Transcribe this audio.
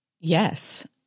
Yes